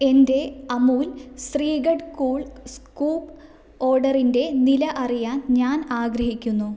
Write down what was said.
എന്റെ Amul shrikhand cool scoop ഓർഡറിന്റെ നില അറിയാൻ ഞാൻ ആഗ്രഹിക്കുന്നു